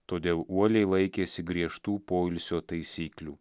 todėl uoliai laikėsi griežtų poilsio taisyklių